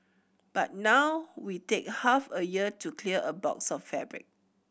but now we take half a year to clear a box of fabric